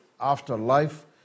afterlife